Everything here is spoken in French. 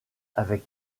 avec